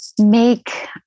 Make